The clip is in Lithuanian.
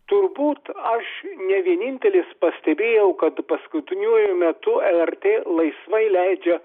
turbūt aš ne vienintelis pastebėjau kad paskutiniuoju metu lrt laisvai leidžia